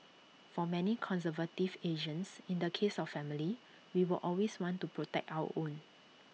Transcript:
for many conservative Asians in the case of family we will always want to protect our own